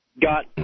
got